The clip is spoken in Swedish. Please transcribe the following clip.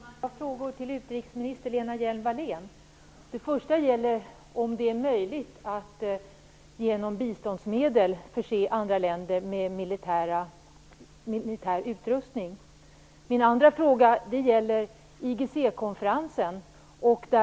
Fru talman! Jag har två frågor till utrikesminister Min första fråga gäller om det är möjligt att genom biståndsmedel förse andra länder med militär utrustning. Min andra fråga gäller IGC-konferensen.